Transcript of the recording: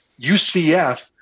UCF